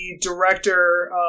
director